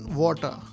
water